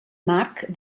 marc